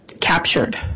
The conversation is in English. captured